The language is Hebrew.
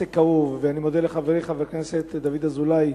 כאוב, ואני מודה לחברי חבר הכנסת דוד אזולאי,